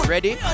Ready